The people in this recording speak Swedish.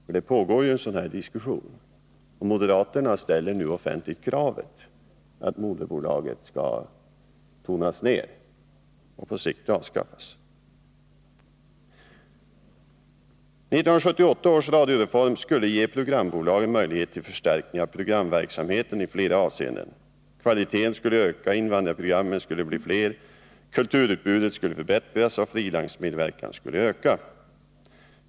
En diskussion härom pågår, och moderaterna ställer nu offentligt kravet på att moderbolaget skall tonas ner och på sikt avskaffas. 13 1978 års radioreform skulle ge programbolaget möjlighet till förstärkning av programverksamheten i flera avseenden. Kvaliteten skulle öka, invandrarprogrammen skulle bli fler, kulturutbudet skulle förbättras och frilansmedverkan skulle öka.